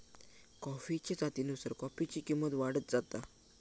कॉफीच्या जातीनुसार कॉफीची किंमत वाढत जाता